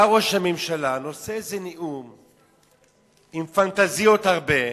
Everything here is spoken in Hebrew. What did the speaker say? בא ראש הממשלה, נושא איזה נאום עם פנטזיות הרבה.